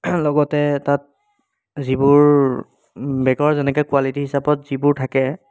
লগতে তাত যিবোৰ বেগৰ যেনেকৈ কুৱালিটী হিচাপত যিবোৰ থাকে